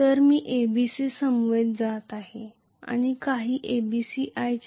तर मी A B C समवेत जात आहे आणि A B C